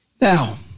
Now